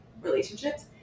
relationships